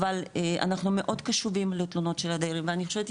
אבל אנחנו מאוד קשובים לתלונות של הדיירים ואני חושבת,